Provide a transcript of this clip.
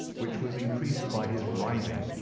which was increased by his writhing,